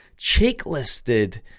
checklisted